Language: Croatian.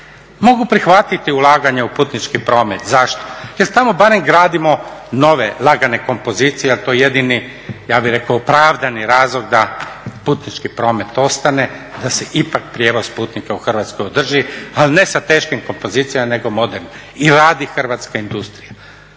Mogu prihvatiti ulaganja u putnički promet, zašto, jer tamo barem gradimo nove lagane kompozicije jer je to jedini ja bih rekao opravdani razlog da putnički promet ostane, da se ipak prijevoz putnika u Hrvatskoj održi, ali ne sa teškim kompozicijama nego modernim. I radi hrvatska industrija,